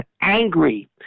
angry